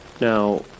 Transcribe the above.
Now